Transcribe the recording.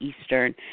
Eastern